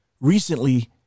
recently